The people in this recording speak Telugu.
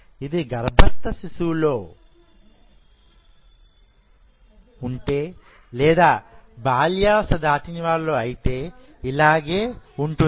ఇది గర్భస్థ శిశువు లో ఉంటే లేదా బాల్యావస్థ దాటినవారిలో అయితే ఇలాగే ఉంటుంది